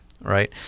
right